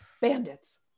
bandits